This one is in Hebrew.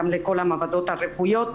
גם לכל המעבדות הרפואיות.